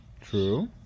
True